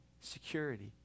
security